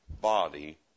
body